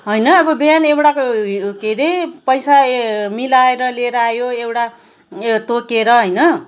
होइन अब बिहान एउटाको उ के अरे पैसा ए मिलाएर लिएर आयो एउटा तोकेर होइन